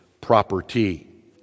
property